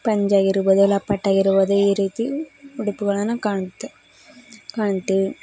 ಪಂಚೆ ಆಗಿರ್ಬೊದು ಇಲ್ಲ ಪಟ್ಟೆ ಆಗಿರ್ಬೊದು ಈ ರೀತಿ ಉಡುಪುಗಳನ್ನು ಕಾಣ್ತೆ ಕಾಣ್ತೀವಿ